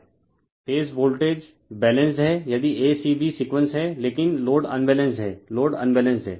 refer slide time 1401 कि phase voltage balanced है यदि a c b सीक्वेंस है लेकिन लोड अनबैलेंस्ड है लोड अनबैलेंस्ड है